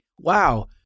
wow